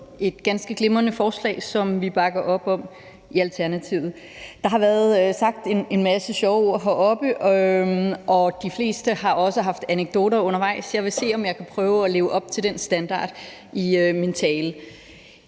et ganske glimrende forslag, som vi bakker op om i Alternativet. Der har været sagt en masse sjove ord heroppe, og de fleste har også haft anekdoter undervejs. Jeg vil se, om jeg kan prøve at leve op til den standard i min tale.